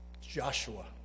Joshua